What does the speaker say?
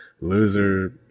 Loser